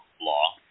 law